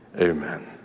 Amen